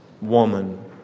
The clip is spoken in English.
woman